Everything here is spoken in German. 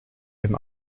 dem